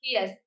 Yes